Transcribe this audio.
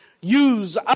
use